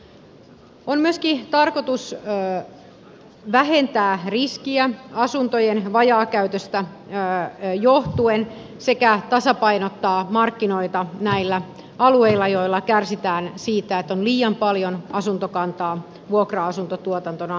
on myöskin tarkoitus vähentää riskiä asuntojen vajaakäytöstä johtuen sekä tasapainottaa markkinoita näillä alueilla joilla kärsitään siitä että on liian paljon asuntokantaa vuokra asuntotuotantona luotu aikoinaan